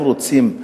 אם רוצים,